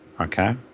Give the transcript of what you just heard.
Okay